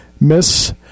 Miss